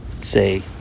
say